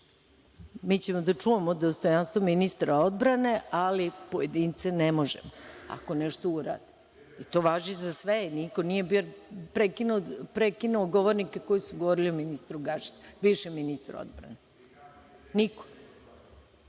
ćemo da čuvamo dostojanstvo ministra odbrane, ali pojedince ne možemo ako nešto urade, i to važi za sve, niko nije prekinuo govornika koji su govorili o ministru Gašiću, bivšem ministru odbrane.